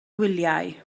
wyliau